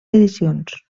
edicions